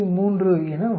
3 என வரும்